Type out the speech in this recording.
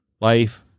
life